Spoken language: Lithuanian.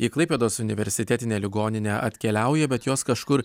į klaipėdos universitetinę ligoninę atkeliauja bet jos kažkur